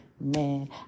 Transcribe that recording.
Man